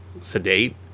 sedate